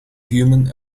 human